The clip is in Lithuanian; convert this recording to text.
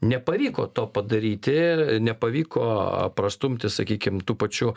nepavyko to padaryti nepavyko prastumti sakykim tų pačių